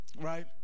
right